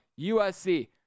USC